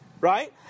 Right